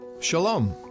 Shalom